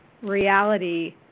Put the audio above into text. reality